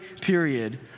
period